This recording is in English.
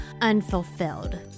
unfulfilled